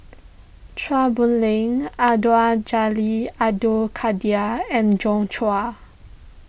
Chua Boon Lay Abdul Jalil Abdul Kadir and Joi Chua